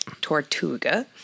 tortuga